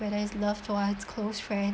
whether it's loved ones close friend